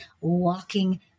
walking